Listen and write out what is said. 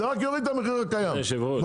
זה רק יוריד את המחיר הקיים במכולת.